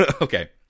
Okay